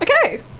okay